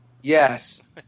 Yes